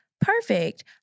perfect